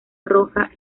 roja